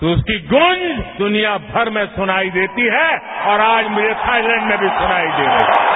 तो उसकी गूंज दुनियाभर में सुनाई देती है और आज मुझे थाईलैंड में भी सुनाई दे रही है